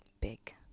big